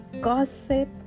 Gossip